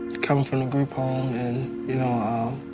coming from a group home and, you know,